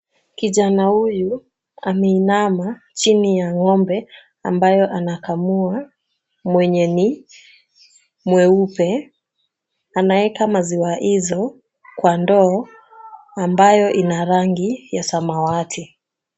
Kijana huyu ameinama chini ya ng'ombe ambayo anakamua mwenye ni mweupe. Anaeka maziwa hizo kwa ndoo ambayo ni ya samawati.